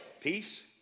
Peace